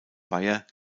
weiher